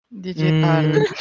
Digital